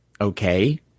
okay